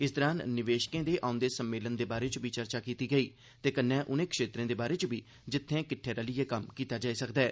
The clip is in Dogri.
इस दौरान निवेशकें दे औंदे सम्मेलन दे बारे च बी चर्चा कीती गेई ते कन्ने उनें क्षेत्रें दे बारे च बी जित्थे किट्ठै रलिए कम्म कीता जाई सकदा ऐ